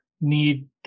need